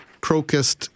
Crocus